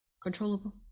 controllable